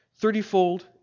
thirtyfold